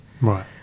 Right